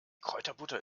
kräuterbutter